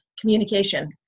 Communication